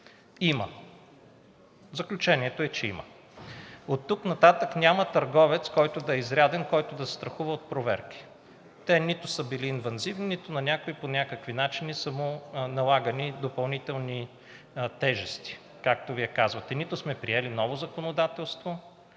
Има! Заключението е, че има! Оттук нататък няма търговец, който е изряден, който да се страхува от проверки. Те нито са били инвазивни, нито по някакви начини са му налагани допълнителни тежести, както Вие казвате. Нито сме приели ново законодателство,